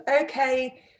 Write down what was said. okay